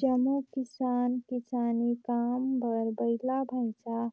जम्मो किसान किसानी काम बर बइला, भंइसा